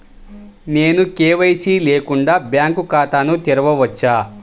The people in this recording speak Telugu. నేను కే.వై.సి లేకుండా బ్యాంక్ ఖాతాను తెరవవచ్చా?